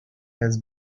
has